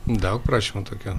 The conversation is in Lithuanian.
daug prašymų tokių